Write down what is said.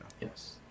Yes